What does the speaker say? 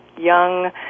young